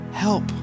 help